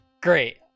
great